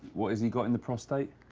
what has he got in the prostrate?